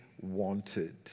wanted